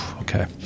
Okay